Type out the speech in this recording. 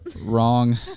Wrong